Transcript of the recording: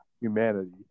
Humanity